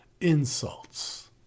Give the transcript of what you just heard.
insults